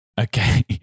Okay